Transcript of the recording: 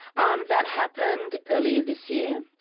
um that happened earlier this year,